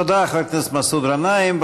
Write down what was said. תודה, חבר הכנסת מסעוד גנאים.